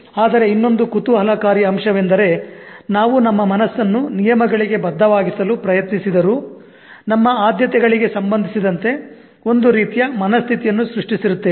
ಆದರೆ ಇನ್ನೊಂದು ಕುತೂಹಲಕಾರಿ ಅಂಶವೆಂದರೆ ನಾವು ನಮ್ಮ ಮನಸ್ಸನ್ನು ನಿಯಮಗಳಿಗೆ ಬದ್ಧವಾಗಿಸಲು ಪ್ರಯತ್ನಿಸಿದರೂ ನಮ್ಮ ಆದ್ಯತೆಗಳಿಗೆ ಸಂಬಂಧಿಸಿದಂತೆ ಒಂದು ರೀತಿಯ ಮನಸ್ಥಿತಿಯನ್ನು ಸೃಷ್ಟಿಸಿರುತ್ತೇವೆ